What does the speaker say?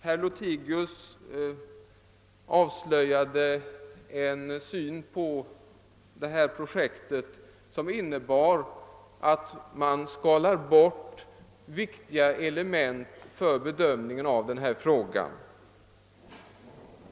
Herr Lothigius avslöjade en syn på projektet som visar att han skalat bort för bedömningen av denna fråga viktiga element.